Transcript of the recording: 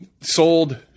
sold